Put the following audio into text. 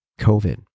COVID